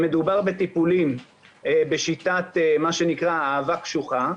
מדובר בטיפולים בשיטת "אהבה קשוחה,